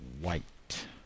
white